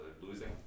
losing